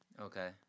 Okay